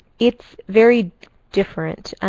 it's very different.